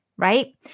Right